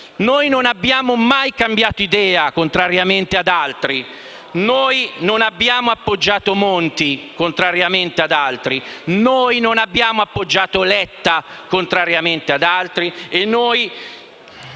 noi non abbiamo mai cambiato idea, contrariamente ad altri, noi non abbiamo appoggiato Monti, contrariamente ad altri, noi non abbiamo appoggiato Letta, contrariamente ad altri, e noi